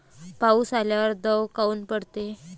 पाऊस आल्यावर दव काऊन पडते?